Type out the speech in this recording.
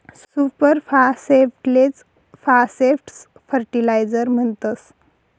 super फास्फेटलेच phosphate fertiliser म्हणतस